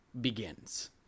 begins